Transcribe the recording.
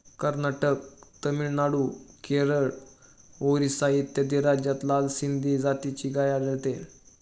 कर्नाटक, तामिळनाडू, केरळ, ओरिसा इत्यादी राज्यांत लाल सिंधी जातीची गाय आढळते